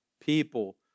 people